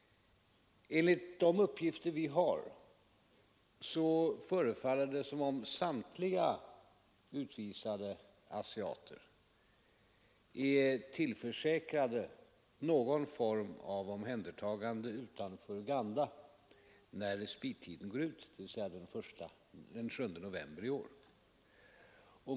Enligt de uppgifter vi har förefaller det som om samtliga utvisade asiater är tillförsäkrade någon form av omhändertagande utanför Uganda, när respittiden går ut, dvs. den 7 november i år.